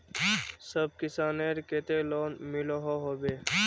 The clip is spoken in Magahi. सब किसानेर केते लोन मिलोहो होबे?